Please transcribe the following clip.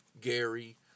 Gary